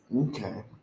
Okay